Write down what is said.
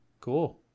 cool